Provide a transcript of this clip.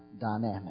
dynamic